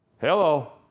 Hello